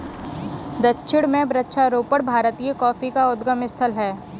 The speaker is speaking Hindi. दक्षिण में वृक्षारोपण भारतीय कॉफी का उद्गम स्थल है